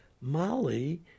Molly